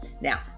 Now